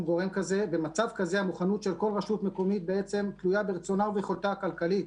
במצב כזה המוכנות של כל רשות מקומית תלויה ברצונה וביכולתה הכלכלית,